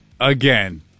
again